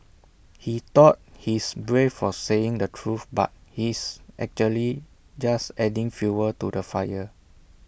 he thought he's brave for saying the truth but he's actually just adding fuel to the fire